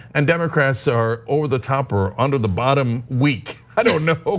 and democrats are over the top, or under the bottom weak. i don't know,